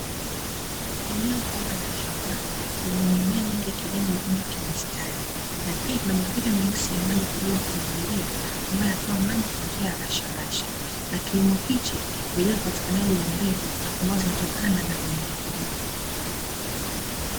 Eneo kubwa la shamba lenye mimea mengi ililopandwa kimistari na pia kuna mipira kuna mipira meusi ya kumwagilia, ambayo hutoa maji rasharasha na kiimo hiki ni kwa ajili ya upatikanaji wa mbegu ambayo inatokana na mimea hiyo.